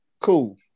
cool